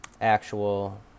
actual